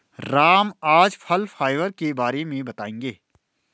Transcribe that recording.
राम आज फल फाइबर के बारे में बताएँगे